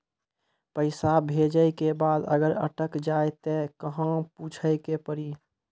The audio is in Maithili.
पैसा भेजै के बाद अगर अटक जाए ता कहां पूछे के पड़ी?